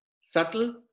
subtle